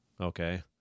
okay